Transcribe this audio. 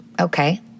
Okay